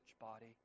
body